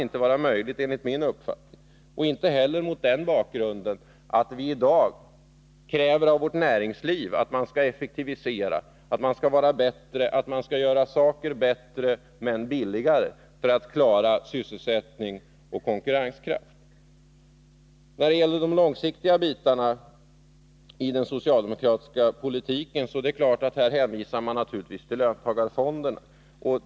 Särskilt mot bakgrunden att vii dag kräver av vårt näringsliv att man skall effektivisera, vara bättre och göra saker bättre men billigare för att klara sysselsättning och konkurrenskraft. När det gäller de långsiktiga bitarna i den socialdemokratiska politiken är det klart att man hänvisar till löntagarfonderna.